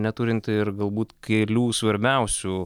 neturint ir galbūt kelių svarbiausių